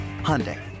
Hyundai